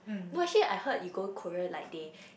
no actually I heard you go Korea like they